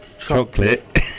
chocolate